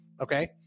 Okay